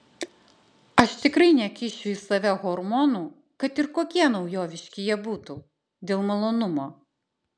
aš tikrai nekišiu į save hormonų kad ir kokie naujoviški jie būtų dėl malonumo